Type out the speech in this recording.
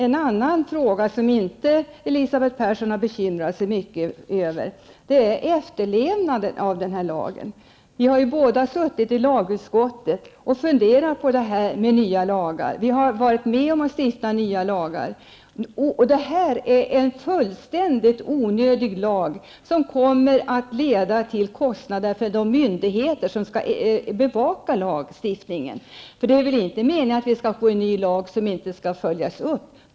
En annan fråga som Elisabeth Persson inte har bekymrat sig över så mycket är efterlevnaden av lagen. Vi har båda suttit i lagutskottet och funderat på det här med nya lagar. Vi har varit med om att stifta nya lagar. Det här blir en helt onödig lag, som kommer att leda till ökade kostnader för de myndigheter som skall bevaka efterlevnaden av lagen. Det är väl ingen mening med en ny lag som inte skall följas upp.